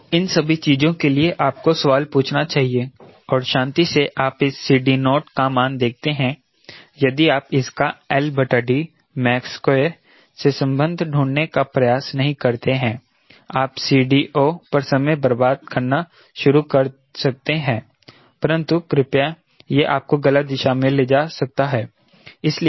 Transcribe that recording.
तो इन सभी चीजों के लिए आपको सवाल पूछना चाहिए और शांति से आप इस CD नॉट का मान देखते हैं यदि आप इसका max2 से संबंध ढूंढने का प्रयास नहीं करते हैं आप CD0 पर समय बर्बाद करना शुरू कर सकते हैं परंतु कृपया यह आपको गलत दिशा में ले जा सकता है